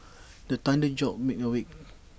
the thunder jolt me awake